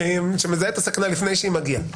שמזהה את הסכנה לפני שהיא מגיעה.